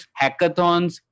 hackathons